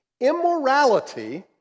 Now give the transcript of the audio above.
Immorality